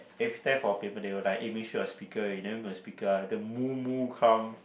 if there for a paper they will like eh make sure mute your speaker if never mute your speaker later come